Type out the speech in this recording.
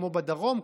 כמו בדרום,